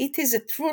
"It is a truth